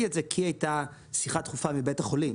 את זה כי הייתה שיחה דחופה מבית החולים.